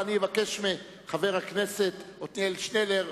ואני אבקש מחבר הכנסת עתניאל שנלר,